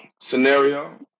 scenario